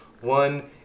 one